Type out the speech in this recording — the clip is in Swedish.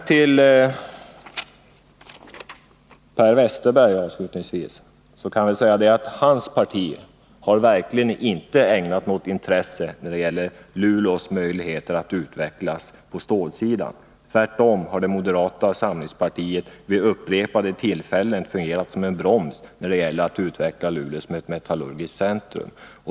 Till Per Westerberg kan jag väl säga att hans parti verkligen inte har ägnat något intresse åt Luleås möjligheter att utvecklas på stålsidan. Tvärtom har moderata samlingspartiet vid upprepade tillfällen fungerat som en broms när det gäller att utveckla Luleå som ett metallurgiskt centrum.